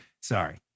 Sorry